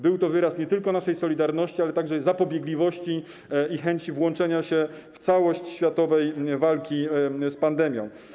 Był to wyraz nie tylko naszej solidarności, ale także zapobiegliwości i chęci włączenia się w całość światowej walki z pandemią.